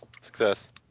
Success